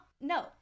no